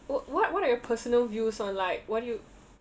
what what what are your personal views on like what do you